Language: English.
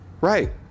Right